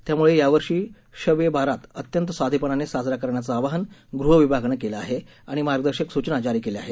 त्यामुळे यावर्षी शब ए बारात अत्यंत साधेपणाने साजरा करण्याचं आवाहन गृह विभागानं केलं आहे आणि मार्गदर्शक सुचना जारी केल्या आहेत